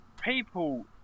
people